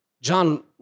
John